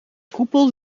koepel